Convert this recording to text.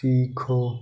सीखो